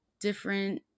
different